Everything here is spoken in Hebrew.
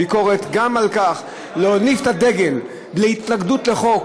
ביקורת גם על כך: להניף את דגל ההתנגדות לחוק,